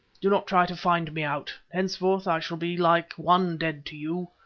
do not try to find me out, henceforth i shall be like one dead to you,